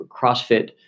CrossFit